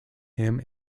him